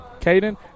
Caden